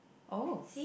oh